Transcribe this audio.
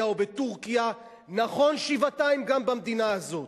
או בטורקיה נכון שבעתיים גם במדינה הזאת,